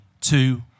two